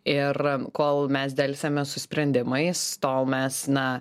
ir kol mes delsiame su sprendimais tol mes na